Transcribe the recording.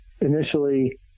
Initially